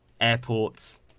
airports